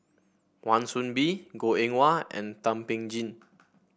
Wan Soon Bee Goh Eng Wah and Thum Ping Tjin